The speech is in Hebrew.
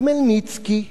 חמלניצקי.